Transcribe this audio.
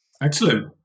Excellent